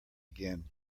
again